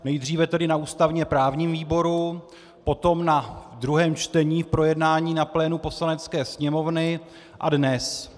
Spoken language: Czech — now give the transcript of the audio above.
Nejdříve tedy na ústavněprávním výboru, potom na druhém čtení v projednání na plénu Poslanecké sněmovny a dnes.